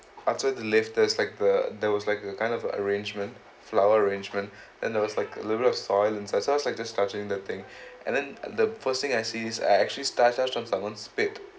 outside the life there's like the there was like a kind of arrangement flower arrangement then there was like a little of soil inside so I was like just scratching the thing and then the first thing I see is I actually I someon's spit